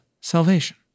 salvation